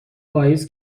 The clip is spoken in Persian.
پائیز